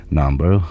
number